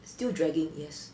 still dragging yes